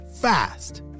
Fast